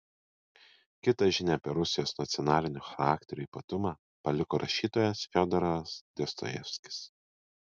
kitą žinią apie rusijos nacionalinio charakterio ypatumą paliko rašytojas fiodoras dostojevskis